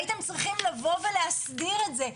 הייתם צריכים לבוא ולהסדיר את זה.